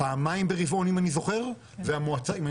פעמיים ברבעון אם אני זוכר טוב,